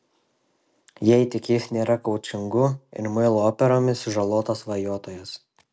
jei tik jis nėra koučingu ir muilo operomis sužalotas svajotojas